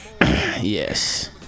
Yes